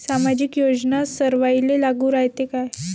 सामाजिक योजना सर्वाईले लागू रायते काय?